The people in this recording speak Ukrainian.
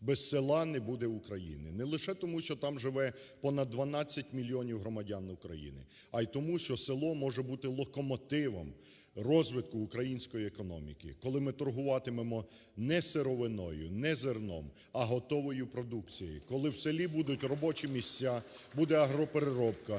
без села не буде України. Не лише тому, що там живе понад 12 мільйонів громадян України, а й тому що село може бути локомотивом розвитку української економіки, коли ми торгуватимемо не сировиною, не зерном, а готовою продукцією, коли в селі будуть робочі місця, буде агропереробка,